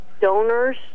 donors